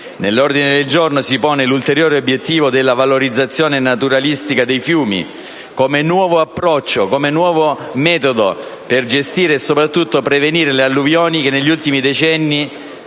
Nell'ordine del giorno si pone l'ulteriore obiettivo della valorizzazione naturalistica dei fiumi come nuovo approccio e nuovo metodo per gestire e, soprattutto, prevenire le alluvioni che negli ultimi decenni